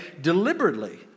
deliberately